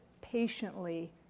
patiently